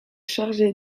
chargé